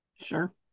Sure